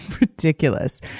ridiculous